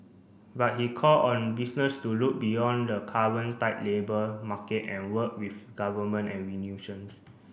but he called on business to look beyond the current tight labour market and work with Government and